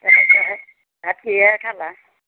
ভাত কিহেৰে খালা